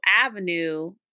avenue